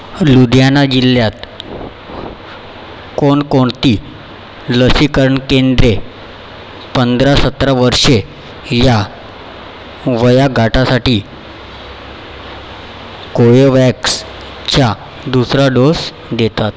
लुधियाना जिल्ह्यात कोणकोणती लसीकरण केंद्रे पंधरा सतरा वर्षे या वयोगटासाठी कोवेव्हॅक्सचा दुसरा डोस देतात